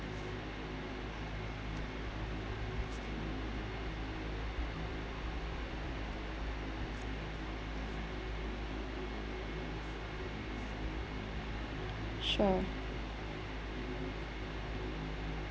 sure